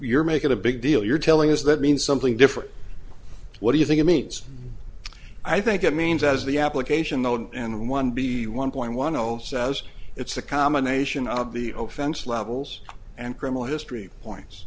you're making a big deal you're telling us that means something different what do you think it means i think it means as the application though and one b one point one zero says it's a combination of the old fence levels and criminal history